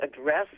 address